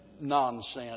nonsense